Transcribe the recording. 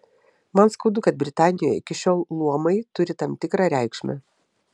man skaudu kad britanijoje iki šiol luomai turi tam tikrą reikšmę